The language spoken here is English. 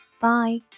bye